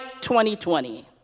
2020